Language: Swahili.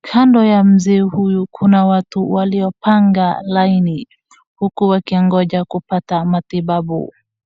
Kando ya mzee huyu kuna watu waliopanga laini huku wakingoja kupata matibabu.